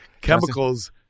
Chemicals